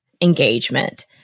engagement